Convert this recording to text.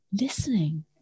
listening